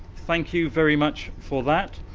thank you very much for that.